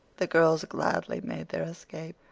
the girls gladly made their escape,